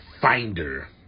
finder